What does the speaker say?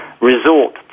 resort